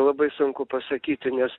labai sunku pasakyti nes